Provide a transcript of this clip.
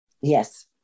Yes